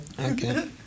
okay